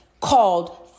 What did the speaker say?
called